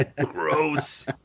Gross